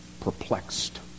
perplexed